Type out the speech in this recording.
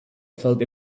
felt